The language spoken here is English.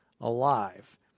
alive